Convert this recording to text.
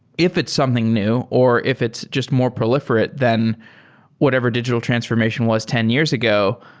if it's something new or if it's just more proliferative than whatever digital transformation was ten years ago,